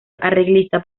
arreglista